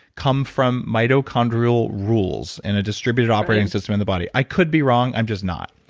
come from mitochondrial rules in a distributed operating system in the body. i could be wrong, i'm just not.